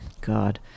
God